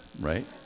right